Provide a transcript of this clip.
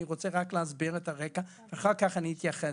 אני רק רוצה להסביר את הרקע ואחר כך אני אתייחס